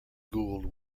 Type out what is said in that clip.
gould